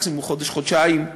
מקסימום חודש-חודשיים,